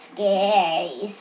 Scary